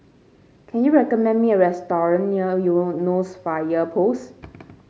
can you recommend me a restaurant near Eunos Fire Post